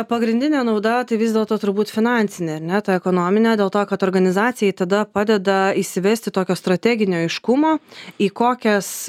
pagrindinė nauda tai vis dėlto turbūt finansinė ar ne ta ekonominė dėl to kad organizacijai tada padeda įsivesti tokio strateginio aiškumo į kokias